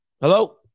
Hello